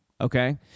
okay